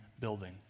building